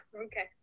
okay